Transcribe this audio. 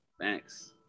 Thanks